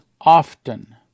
often